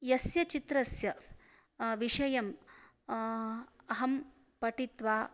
यस्य चित्रस्य विषयम् अहं पठित्वा